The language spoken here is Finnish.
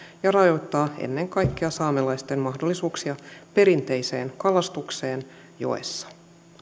ja rajoittaa ennen kaikkea saamelaisten mahdollisuuksia perinteiseen kalastukseen joessa